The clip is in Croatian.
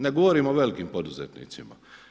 Ne govorim o velikim poduzetnicima.